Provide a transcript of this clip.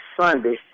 Sunday